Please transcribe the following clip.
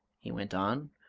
he went on,